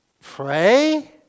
pray